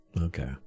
Okay